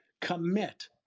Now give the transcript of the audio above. commit